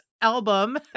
album